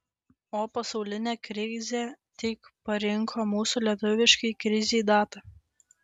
o pasaulinė krizė tik parinko mūsų lietuviškai krizei datą